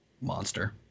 Monster